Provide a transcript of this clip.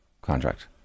contract